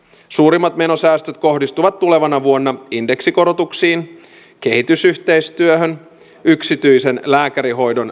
suurimmat menosäästöt kohdistuvat tulevana vuonna indeksikorotuksiin kehitysyhteistyöhön yksityisen lääkärihoidon